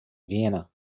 vienna